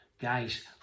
Guys